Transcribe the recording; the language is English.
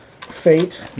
fate